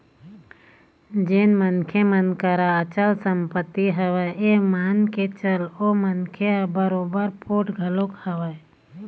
जेन मनखे मन करा अचल संपत्ति हवय ये मान के चल ओ मनखे ह बरोबर पोठ घलोक हवय